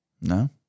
no